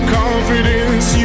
confidence